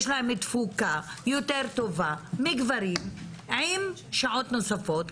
יש להן תפוקה יותר טובה מגברים עם שעות נוספות,